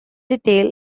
detail